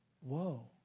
Whoa